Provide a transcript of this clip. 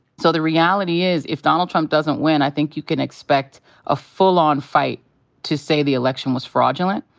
so the reality is if donald trump doesn't win, i think you can expect a full-on fight to say the election was fraudulent.